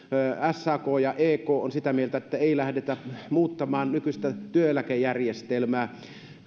sak ja ek ovat sitä mieltä että ei lähdetä muuttamaan nykyistä työeläkejärjestelmää